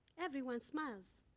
everyone smiles.